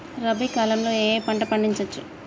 రబీ కాలంలో ఏ ఏ పంట పండించచ్చు?